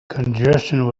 congestion